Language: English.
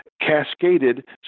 cascaded